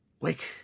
wake